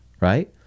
right